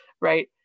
right